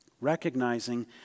Recognizing